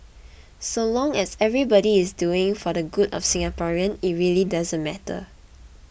so long as everybody is doing for the good of Singaporeans it really doesn't matter